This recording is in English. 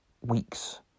weeks